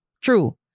true